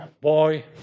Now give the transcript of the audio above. boy